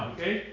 Okay